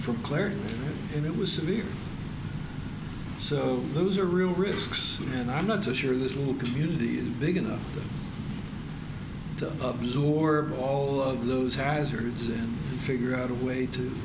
from claire and it was severe so those are real risks and i'm not so sure this little community is big enough to absorb all of those hazards in figure out a way to